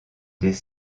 des